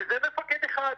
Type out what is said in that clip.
וזה מפקד אחד.